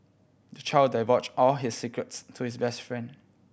the child divulged all his secrets to his best friend